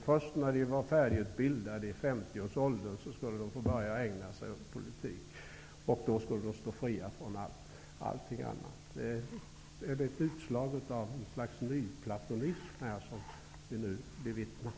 Först när de var färdigutbildade, i 50-årsåldern, skulle de få börja ägna sig åt politik, och då skulle de stå fria från allting annat. Är det ett utslag av ett slags nyplatonism som vi nu bevittnar?